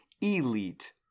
elite